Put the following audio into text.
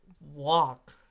walk